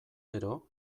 gero